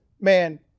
man